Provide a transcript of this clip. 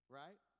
right